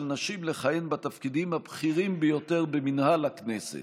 נשים לכהן בתפקידים הבכירים ביותר במינהל הכנסת.